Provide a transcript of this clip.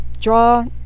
draw